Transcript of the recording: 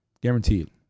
Guaranteed